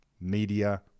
media